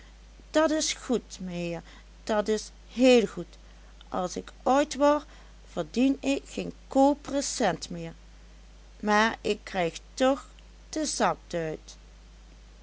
dat is goed meheer dat is heel goed als ik oud wor verdien ik geen kopere cent meer maar ik krijg toch de zakduit